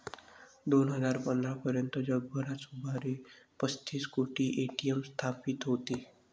दोन हजार पंधरा पर्यंत जगभरात सुमारे पस्तीस कोटी ए.टी.एम स्थापित होते